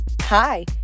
Hi